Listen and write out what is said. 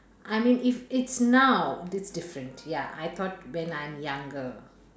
I mean if it's now it's different ya I thought when I'm younger